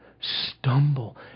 Stumble